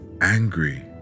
angry